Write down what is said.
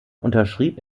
unterschrieb